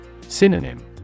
Synonym